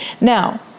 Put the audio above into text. Now